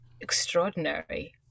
extraordinary